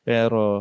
Pero